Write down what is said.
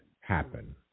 happen